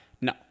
No